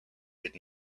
did